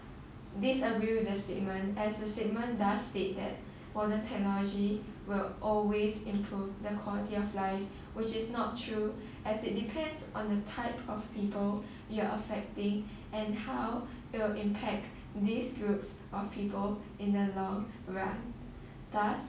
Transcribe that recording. disagree with the statement as the statement does state that modern technology will always improve the quality of life which is not true as it depends on the type of people you're affecting and how it will impact these groups of people in the long run thus